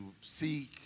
seek